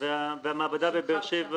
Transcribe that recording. ובמעבדה בבאר שבע